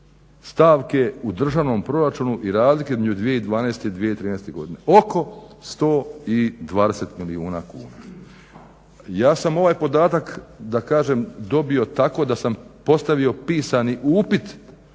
stavke u državnom proračunu i razlike između 2012. i 2013. godine, oko 120 milijuna kuna. Ja sam ovaj podatak dobio tako da sam postavio pisani upit